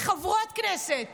לחברות כנסת